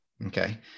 Okay